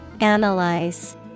Analyze